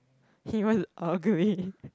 is ugly